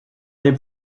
aller